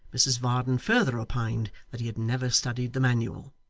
mrs varden further opined that he had never studied the manual.